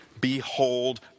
Behold